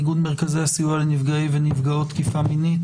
מאיגוד מרכזי הסיוע לנפגעי ונפגעות תקיפה מינית,